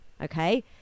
Okay